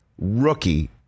rookie